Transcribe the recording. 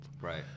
Right